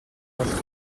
болох